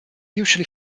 usually